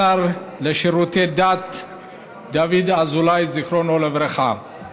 השר לשירותי דת דוד אזולאי, זיכרונו לברכה.